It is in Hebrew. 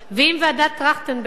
ואם ועדת-טרכטנברג